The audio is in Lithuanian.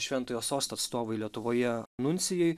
šventojo sosto atstovui lietuvoje nuncijui